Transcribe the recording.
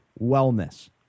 wellness